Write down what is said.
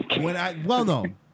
well-known